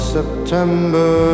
September